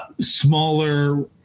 smaller